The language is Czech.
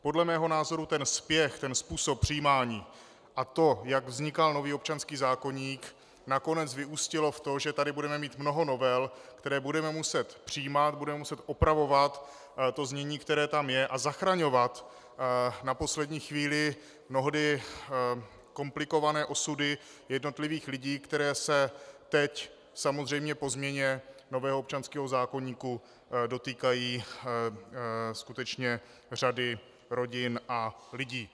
Podle mého názoru ten spěch, způsob přijímání a to, jak vznikal nový občanský zákoník, nakonec vyústilo v to, že tady budeme mít mnoho novel, které budeme muset přijímat, budeme muset opravovat znění, které tam je, a zachraňovat na poslední chvíli mnohdy komplikované osudy jednotlivých lidí, které se teď po změně nového občanského zákoníku dotýkají skutečně řady rodin a lidí.